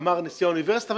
אמר נשיא האוניברסיטה,